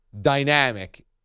dynamic